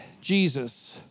Jesus